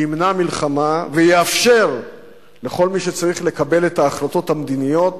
ימנעו מלחמה ויאפשרו לכל מי שצריך לקבל את ההחלטות המדיניות